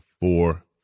four